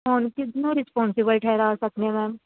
ਹੁਣ ਕਿਸਨੂੰ ਰਿਸਪੋਨਸੀਬਲ ਠਹਿਰਾ ਸਕਦੇ ਹਾਂ ਮੈਮ